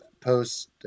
post